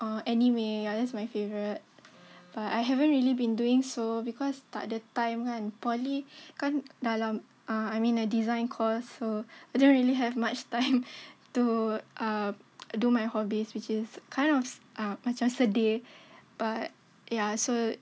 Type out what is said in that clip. ah anime ya that's my favourite but I haven't really been doing so because takde time kan poly dalam I'm in a design course so I don't really have much time to uh do my hobbies which is kind of uh macam sedih but yeah so